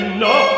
no